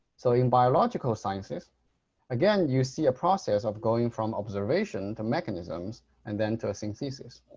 so in biological sciences again you see a process of going from observation to mechanisms and then to synthesis.